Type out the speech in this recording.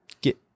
get